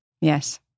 Yes